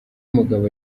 umugabo